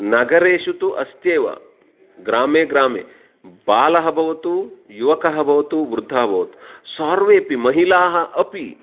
नगरेषु तु अस्त्येव ग्रामे ग्रामे बालः भवतु युवकः भवतु वृद्धः भवतु सर्वेपि महिलाः अपि